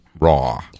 raw